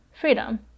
freedom